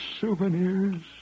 souvenirs